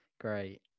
Great